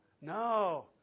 No